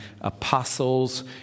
apostles